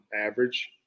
average